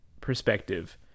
perspective